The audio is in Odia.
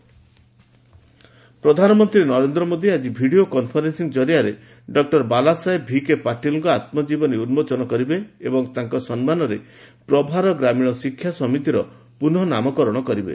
ଆତ୍ମଜୀବନୀ ଭିକେ ପାଟିଲ ପ୍ରଧାନମନ୍ତ୍ରୀ ନରେନ୍ଦ୍ର ମୋଦୀ ଆଜି ଭିଡ଼ିଓ କନ୍ଫରେନ୍ସିଂ ଜରିଆରେ ଡକୁର ବାଲାସାହେବ ଭିକେ ପାଟିଲଙ୍କ ଆତ୍ମଜୀବନୀ ଉନ୍ମୋଚନ କରିବେ ଏବଂ ତାଙ୍କ ସମ୍ମାନରେ ପ୍ରଭାର ଗ୍ରାମୀଣ ଶିକ୍ଷା ସମିତିର ପୁନଃନାମକରଣ କରିବେ